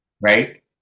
Right